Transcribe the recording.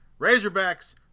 Razorbacks